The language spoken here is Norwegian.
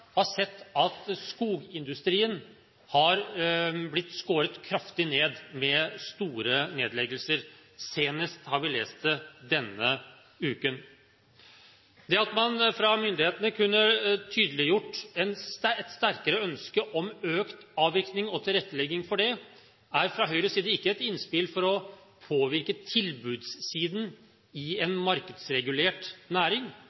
har sett at skogindustrien har blitt skåret kraftig ned, med store nedleggelser. Senest har vi lest om det denne uken. Det at man fra myndighetenes side kunne tydeliggjort et sterkere ønske om økt avvirkning og en tilrettelegging for det, er fra Høyres side ikke et innspill for å påvirke tilbudssiden i en markedsregulert næring,